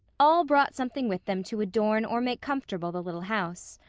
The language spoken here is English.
all brought something with them to adorn or make comfortable the little house.